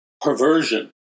perversion